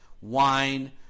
wine